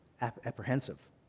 apprehensive